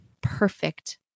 perfect